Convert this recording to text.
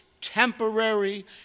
temporary